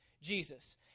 Jesus